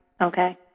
Okay